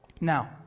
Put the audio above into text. Now